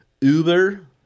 uber